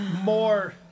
more